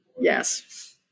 Yes